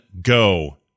go